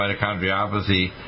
mitochondriopathy